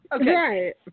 Okay